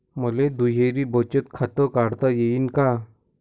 मले दुहेरी बचत खातं काढता येईन का?